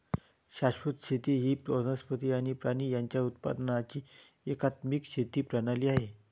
शाश्वत शेती ही वनस्पती आणि प्राणी यांच्या उत्पादनाची एकात्मिक शेती प्रणाली आहे